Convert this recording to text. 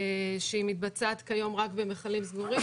שמתבצעת כיום רק במכלים סגורים,